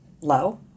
low